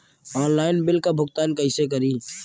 Online bill क भुगतान कईसे करी?